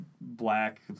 black